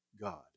God